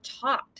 taught